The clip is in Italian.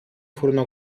furono